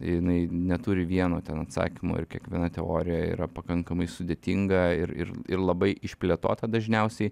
jinai neturi vieno ten atsakymo ir kiekviena teorija yra pakankamai sudėtinga ir ir ir labai išplėtota dažniausiai